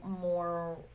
more